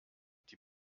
die